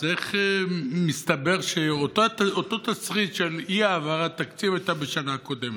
אז איך מסתבר שאותו תסריט של אי-העברת תקציב היה בשנה הקודמת?